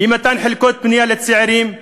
אי-מתן חלקות בנייה לצעירים,